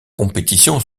compétition